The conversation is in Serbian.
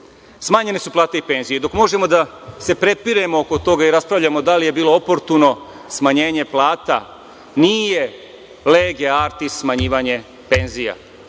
ropstva. Smanjene su plate i penzije. Dok možemo da se prepiremo oko toga i raspravljamo da li je bilo oportuno smanjenje plata, nije „lege artis“ smanjivanje penzija.